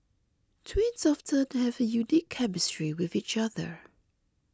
twins often have a unique chemistry with each other